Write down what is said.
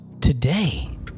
today